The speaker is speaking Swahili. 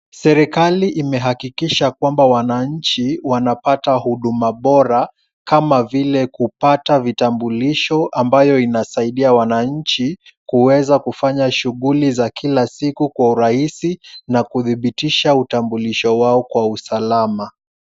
Serikali imehakikisha kwamba wananchi wanapata huduma bora, kama vile kupata vitambulisho ambayo inasaidia wananchi kuweza kufanya shughuli za kila siku kwa urahisi na kudhibitisha utambulisho wao kwa usalama.